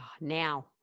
now